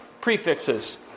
prefixes